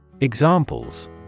Examples